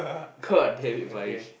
god damn it Parish